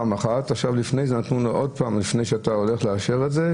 לפני שאתה הולך לאשר את זה,